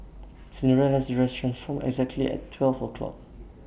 Cinderella's dress transformed exactly at twelve o' clock